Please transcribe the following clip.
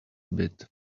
bit